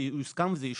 זה יוסכם וזה ישולם.